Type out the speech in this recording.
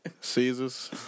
Caesars